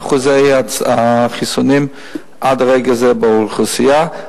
מהם אחוזי החיסונים באוכלוסייה עד לרגע זה.